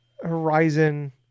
Horizon